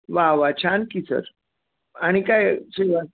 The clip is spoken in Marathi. वा वा छान की सर आणि काय सेवा